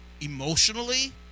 emotionally